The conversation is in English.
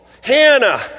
Hannah